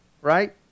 Right